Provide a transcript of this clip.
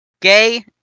Gay